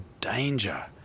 danger